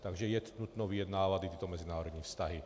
Takže je nutno vyjednávat i tyto mezinárodní vztahy.